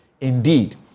Indeed